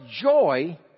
joy